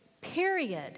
Period